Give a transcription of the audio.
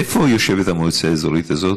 איפה יושבת המועצה האזורית הזאת?